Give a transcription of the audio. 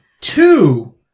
two